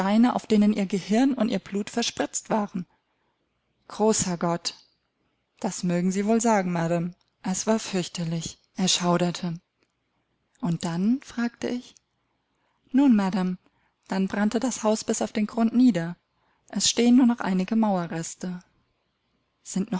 auf denen ihr gehirn und ihr blut verspritzt waren großer gott das mögen sie wohl sagen madam es war fürchterlich er schauderte und dann fragte ich nun madam dann brannte das haus bis auf den grund nieder es stehen nur noch einige mauerreste sind